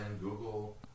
Google